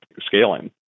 scaling